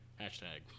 Hashtag